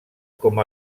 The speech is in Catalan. com